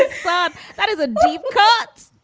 ah thought, that is a deep cuts